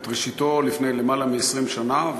את ראשיתו לפני למעלה מ-20 שנה,